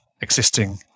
existing